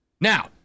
Now